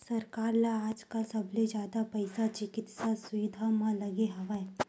सरकार ल आजकाल सबले जादा पइसा चिकित्सा सुबिधा म लगे हवय